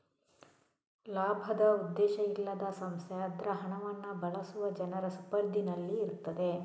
ಲಾಭದ ಉದ್ದೇಶ ಇಲ್ಲದ ಸಂಸ್ಥೆ ಅದ್ರ ಹಣವನ್ನ ಬಳಸುವ ಜನರ ಸುಪರ್ದಿನಲ್ಲಿ ಇರ್ತದೆ